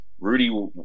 Rudy